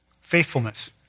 Faithfulness